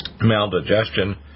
maldigestion